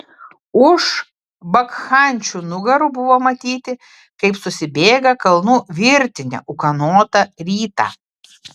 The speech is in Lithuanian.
už bakchančių nugarų buvo matyti kaip susibėga kalnų virtinė ūkanotą rytą